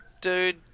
Dude